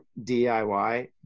DIY